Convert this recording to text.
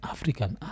African